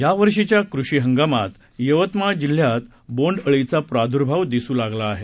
यावर्षीच्या कृषी हंगामात यवतमाळ जिल्ह्यात बोंडअळीचा प्राद्भाव दिसू लागला आहे